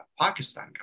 Pakistan